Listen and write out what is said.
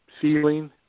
feeling